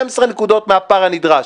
12 נקודות מהציון הנדרש